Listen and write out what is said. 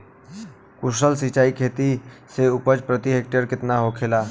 कुशल सिंचाई खेती से उपज प्रति हेक्टेयर केतना होखेला?